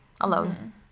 alone